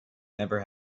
never